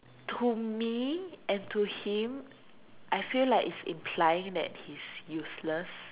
to me and to him I feel like it's implying that he's useless